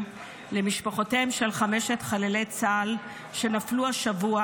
למשפחותיהם של חמשת חללי צה"ל שנפלו השבוע